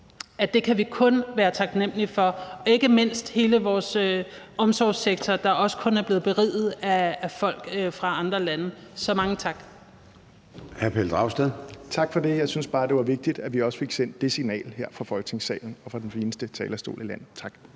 at det kan vi kun være taknemlige for – ikke mindst hele vores omsorgssektor, der også kun er blevet beriget af folk fra andre lande. Så mange tak.